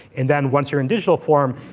and then once you're in digital form,